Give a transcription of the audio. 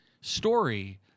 story